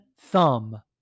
thumb